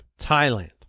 Thailand